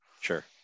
Sure